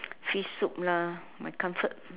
fish soup lah my comfort